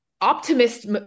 optimist